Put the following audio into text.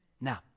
Now